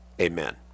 Amen